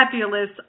fabulous